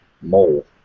Mole